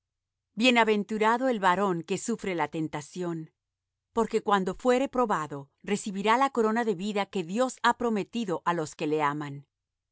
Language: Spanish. bienaventurado el varón que sufre la tentación porque cuando fuere probado recibirá la corona de vida que dios ha prometido á los que le aman